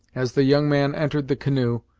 as the young man entered the canoe,